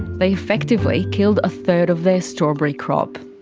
they effectively killed a third of their strawberry crop.